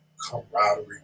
camaraderie